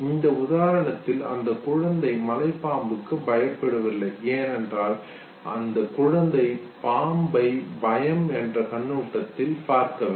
இந்த உதாரணத்தில் அந்த குழந்தைக்கு மலைப்பாம்புக்கு பயப்படவில்லை ஏனென்றால் அந்தக் குழந்தை பாம்பை பயம் என்ற கண்ணோட்டத்தில் பார்க்கவில்லை